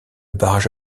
barrage